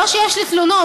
לא שיש לי תלונות,